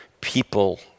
people